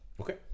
Okay